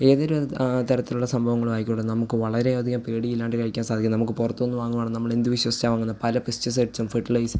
ഏതൊരു ആ തരത്തിലുള്ള സംഭവങ്ങളായിക്കോട്ടെ നമുക്ക് വളരെ അധികം പേടി ഇല്ലാണ്ട് കഴിക്കാൻ സാധിക്കും നമുക്ക് പുറത്തുനിന്ന് വാങ്ങുവാണ് നമ്മൾ എന്ത് വിശ്വസിച്ചാണ് വാങ്ങുന്നത് പല പെസ്റ്റിസൈഡ്സും ഫെർട്ടിലൈസ്